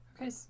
Okay